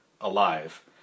alive